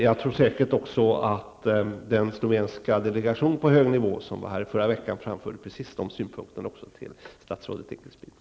Jag tror säkert också att den slovenska delegation på hög nivå som var här i förra veckan framförde precis de synpunkterna till statsrådet Dinkelspiel.